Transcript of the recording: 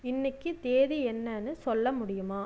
இன்றைக்கு தேதி என்னென்னு சொல்ல முடியுமா